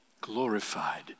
Glorified